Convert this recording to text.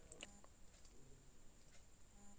ব্যবছা ক্যরার জ্যনহে লক কমার্শিয়াল লল সল লেয়